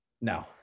No